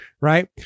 right